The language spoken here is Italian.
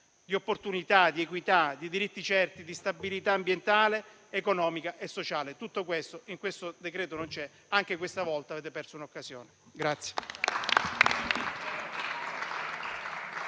di opportunità, di equità, di diritti certi, di stabilità ambientale, economica e sociale. Tutto questo, in questo decreto non c'è. Anche questa volta, avete perso un'occasione.